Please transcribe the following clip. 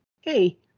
hey